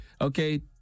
Okay